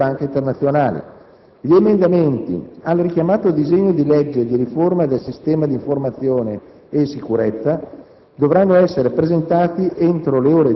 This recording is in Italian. Il calendario della settimana comprende poi la discussione generale del disegno di legge di riforma del sistema di informazione e sicurezza, ratifiche di accordi internazionali